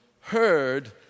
heard